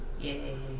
Yay